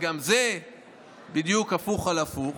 וגם זה בדיוק הפוך על הפוך,